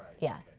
yeah,